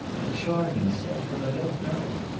a charming scent. but i don't know.